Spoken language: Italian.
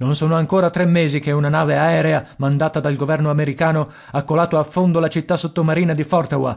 non sono ancora tre mesi che una nave aerea mandata dal governo americano ha colato a fondo la città sottomarina di